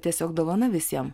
tiesiog dovana visiem